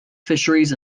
fisheries